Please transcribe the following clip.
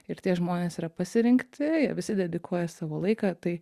ir tie žmonės yra pasirinkti jie visi dedikuoja savo laiką tai